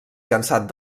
cansat